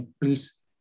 please